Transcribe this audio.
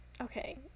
Okay